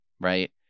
right